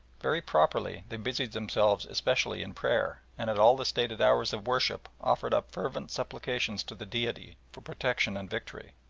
very properly they busied themselves especially in prayer, and at all the stated hours of worship offered up fervent supplications to the deity for protection and victory,